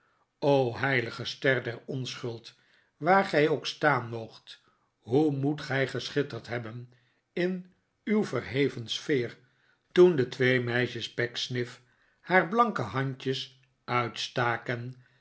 o heilige ster der onschuld waar gij ook staan moogt hoe moet gij geschitterd hebben in uw verheven sfeer toen de twee meisjes pecksniff haar blanke handjes uitstaken